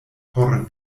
por